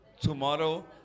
Tomorrow